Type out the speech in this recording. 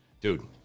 dude